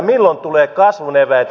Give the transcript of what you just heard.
milloin tulee kasvun eväitä